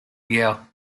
year